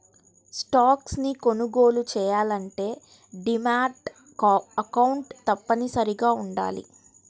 stocks ని కొనుగోలు చెయ్యాలంటే డీమాట్ అకౌంట్ తప్పనిసరిగా వుండాలి